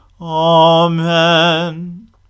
Amen